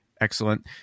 excellent